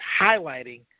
highlighting